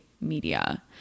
media